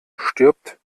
stirbt